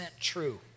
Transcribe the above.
true